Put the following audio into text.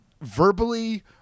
verbally